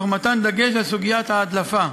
תוך מתן דגש על סוגיית ההדלפה,